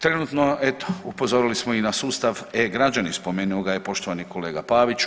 Trenutno eto upozorili smo i na sustav e-građani, spomenuo ga je poštovani kolega Pavić.